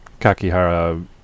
Kakihara